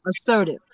assertive